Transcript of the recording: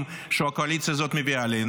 באמת שהקואליציה הזאת מביאה עלינו.